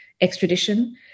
extradition